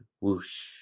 whoosh